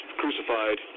crucified